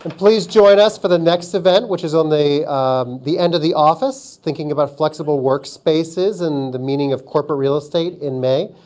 and please join us for the next event, which is on the on the end of the office, thinking about flexible work spaces and the meaning of corporate real estate in may,